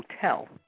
Hotel